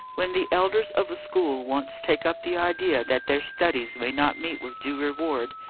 when the elders of a school once take up the idea that their studies may not meet with due reward,